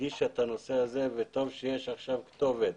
הדגישה את הנושא הזה, וטוב שיש עכשיו כתובת